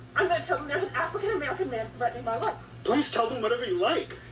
i'm going to tell them there's an african american man threatening my but please tell them whatever you like.